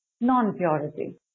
non-purity